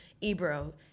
ebro